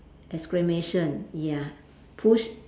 exclamation ya push